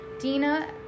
Dina